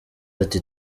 ati